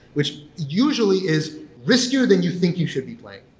which usually is riskier than you think you should be playing.